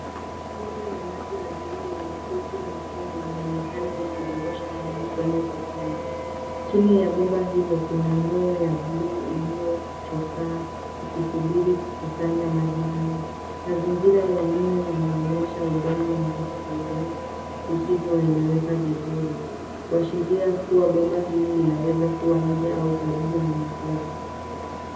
Bomba la maji la bluu lenye koki nyekundu linaonekana likidodesha maji tone kwa tone. Chini ya bomba hilo kuna ndoo ya bluu iliyo chokaa iki subiri kukusanya maji hayo. Mazingira ya nyuma yanaonyesha udongo na vitu vingine visivyo eleweka vizuri kuwashiria kuwa bomba hili linaweza kuwa nje au karibu na makazi.